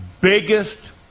biggest